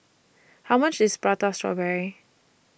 How much IS Prata Strawberry